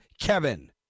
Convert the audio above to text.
Kevin